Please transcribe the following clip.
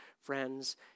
friends